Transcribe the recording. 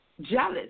jealous